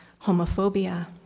homophobia